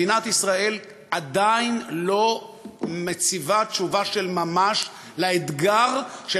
מדינת ישראל עדיין לא מציבה תשובה של ממש לאתגר של